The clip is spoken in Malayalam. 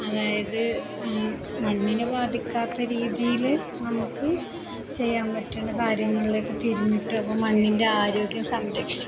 അതായത് മണ്ണിനെ ബാധിക്കാത്ത രീതിയില് നമുക്കു ചെയ്യാൻ പറ്റുന്ന കാര്യങ്ങളിലേക്കു തിരിഞ്ഞിട്ട് മണ്ണിൻ്റെ ആരോഗ്യം സംരക്ഷിക്കുക